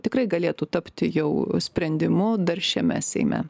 tikrai galėtų tapti jau sprendimu dar šiame seime